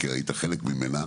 כי היית חלק ממנה